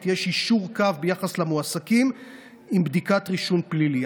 יש יישור קו ביחס למועסקים עם בדיקת רישום פלילי.